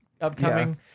upcoming